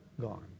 gone